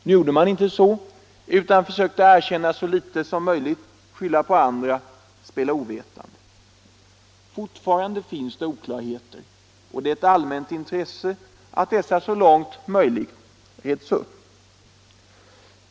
Nu gjorde man inte så, utan försökte erkänna så redovisa penningbilitet som möjligt, skylla på andra, spela ovetande. drag, m.m. Fortfarande finns det oklarheter. Det är ett allmänt intresse att dessa så långt möjligt reds upp.